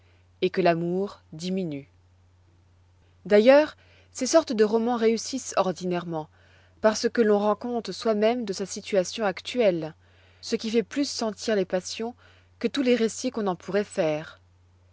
et que l'amour diminue d'ailleurs ces sortes de romans réussissent ordinairement parce que l'on rend compte soi-même de sa situation actuelle ce qui fait plus sentir les passions que tous les récits qu'on en pourrait faire